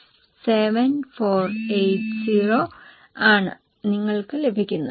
7480 ആണ് നിങ്ങൾക്ക് ലഭിക്കുന്നത്